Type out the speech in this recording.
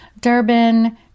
Durban